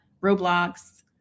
Roblox